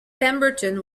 pemberton